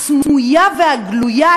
הסמויה והגלויה,